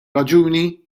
raġuni